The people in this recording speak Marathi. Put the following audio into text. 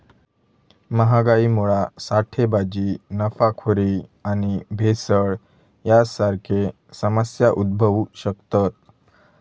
महागाईमुळा साठेबाजी, नफाखोरी आणि भेसळ यांसारखे समस्या उद्भवु शकतत